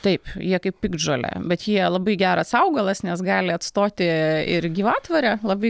taip jie kaip piktžolė bet jie labai geras augalas nes gali atstoti ir gyvatvorę labai